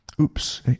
Oops